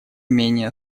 менее